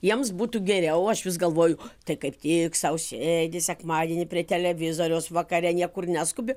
jiems būtų geriau aš vis galvoju tai kaip tik sau sėdi sekmadienį prie televizoriaus vakare niekur neskubi